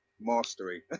mastery